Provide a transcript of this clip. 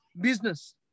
business